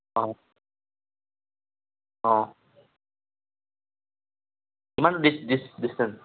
অ অ কিমানটো dis dis distance